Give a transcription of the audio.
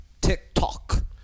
TikTok